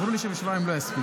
אמרו לי ששבועיים לא יספיקו.